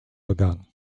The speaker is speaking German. begangen